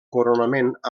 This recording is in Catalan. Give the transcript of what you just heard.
coronament